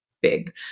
big